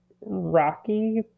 Rocky